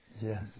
Yes